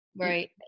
right